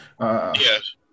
Yes